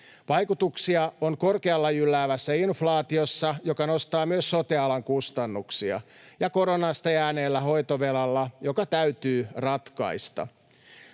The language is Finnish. Vaikutuksia on korkealla jylläävällä inflaatiolla, joka nostaa myös sote-alan kustannuksia, ja koronasta jääneellä hoitovelalla, joka täytyy ratkaista.